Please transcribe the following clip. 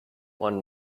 won